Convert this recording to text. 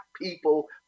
people